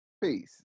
Peace